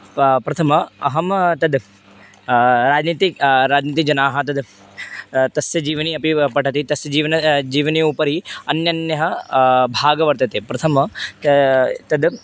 प प्रथमम् अहं तद् राजनीतिकं राजनीतिकजनाः तद् तस्य जीवनम् अपि व पठति तस्य जीवनं जीवनस्य उपरि अन्यान्यः भागः वर्तते प्रथमं तद्